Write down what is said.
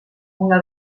una